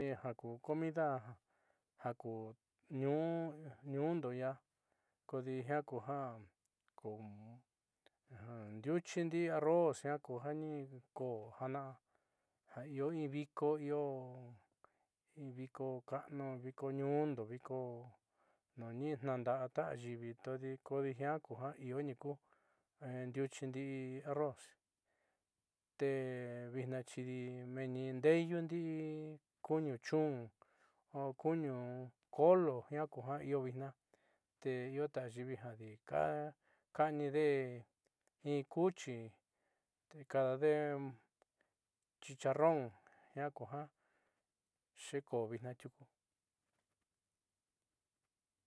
Jaku comida jaku ñuundo ia kodi jiaa kuja ndiuchi ndii arroz jiaa kuja nikoo jaana'a ja io in viko io in viko ka'anu viko ñuundo viko nu ni tnaanda'a ta ayiivido kodi jiaa kuja ip niikuu ndiuchi ndii arroz te vitnaaxi xidi menni ndeeyundii kuñu chun o kuñu kolo jiaa kuja io vitnaa te iota ayiivi jodi ka'anide in cuchi te kadade chicharrón jiaa kuja xiiko'o vitnaa tiuku.